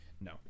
No